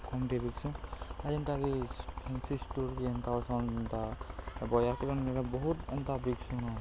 ଆଜି ଯେନ୍ତାା କି ବହୁତ ଏନ୍ତା ବିକ୍ସୁଁ